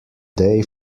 day